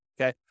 Okay